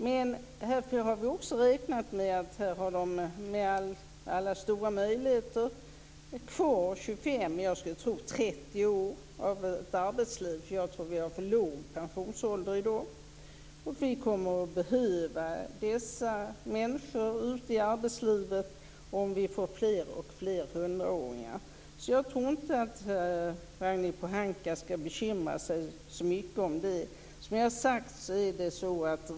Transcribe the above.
Här har vi räknat med att de har 25-30 år kvar i arbetslivet - jag anser att dagens pensionsålder är för låg - och vi kommer att behöva dessa människor i arbetslivet om hundraåringarna blir fler. Jag tror inte att Ragnhild Pohanka skall bekymra sig så mycket om detta.